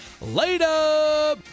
Later